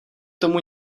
tomu